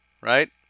right